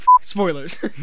Spoilers